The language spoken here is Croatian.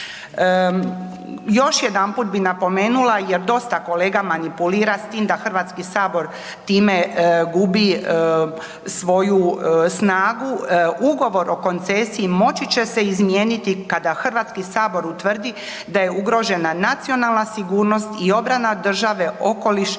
Još jedanput bih napomenula jer dosta kolega manipulira, s tim da HS time gubi svoju snagu, ugovor o koncesiji moći će se izmijeniti kada HS utvrdi da je ugrožena nacionalna sigurnost i obrana države, okoliš